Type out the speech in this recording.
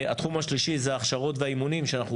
התחום השלישי זה ההכשרות והאימונים שאנחנו